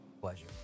Pleasure